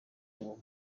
uwo